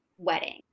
wedding